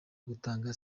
gutanga